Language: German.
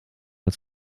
als